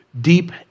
deep